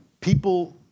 people